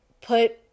put